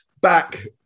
back